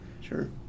Sure